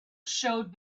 showed